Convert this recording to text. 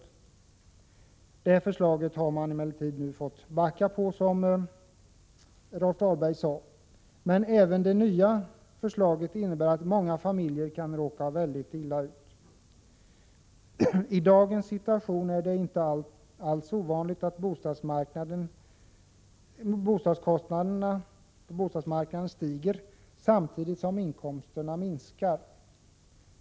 Det här — B9stadspolitiken förslaget har man emellertid fått backa på, som Rolf Dahlberg sade, men även det nya systemet innebär att många familjer kan råka väldigt illa ut. I dagens situation är det inte alls ovanligt att bostadskostnaden stiger samtidigt som inkomsterna minskar.